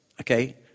okay